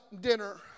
dinner